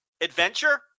Adventure